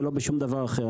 ולא בשום דבר אחר.